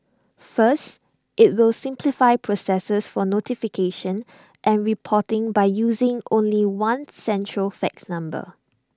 first IT will simplify processes for notification and reporting by using only one central fax number